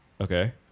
okay